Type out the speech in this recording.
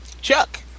Chuck